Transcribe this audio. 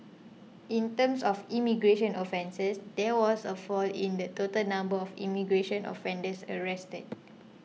in terms of immigration offences there was a fall in the total number of immigration offenders arrested